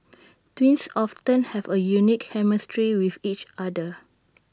twins often have A unique chemistry with each other